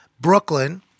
Brooklyn